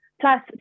plus